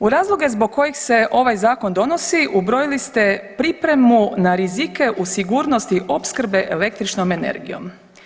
U razloge zbog kojih se ovaj zakon donosi ubrojili ste pripremu na rizike u sigurnosti opskrbe električnom energijom.